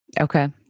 Okay